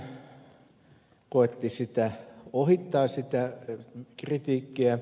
ministeri pekkarinen koetti ohittaa sitä kritiikkiä